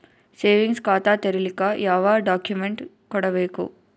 Savings ಖಾತಾ ತೇರಿಲಿಕ ಯಾವ ಡಾಕ್ಯುಮೆಂಟ್ ಕೊಡಬೇಕು?